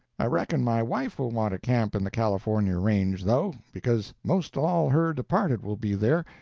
i reckon my wife will want to camp in the california range, though, because most all her departed will be there,